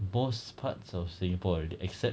most part of singapore already except